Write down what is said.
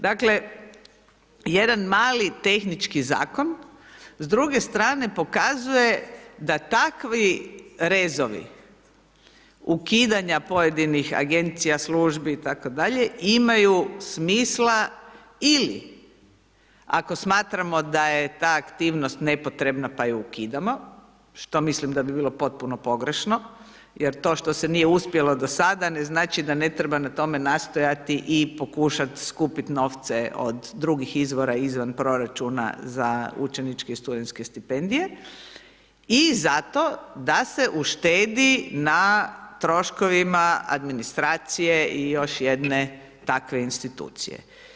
Dakle, jedan mali tehnički zakon, s druge strane pokazuje da takvi rezovi ukidanja pojedinih agencija, službi itd. imaju smisla ili ako smatramo da je ta aktivnost nepotrebna, pa ju ukidamo, što mislim da bi bilo potpuno pogrešno jer to što se nije uspjelo do sada, ne znači da ne treba na tome nastojati i pokušati skupiti novce od drugih izvora izvan proračuna za učeničke i studentske stipendije i zato da se uštedi na troškovima administracije i još jedne takve institucije.